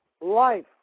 life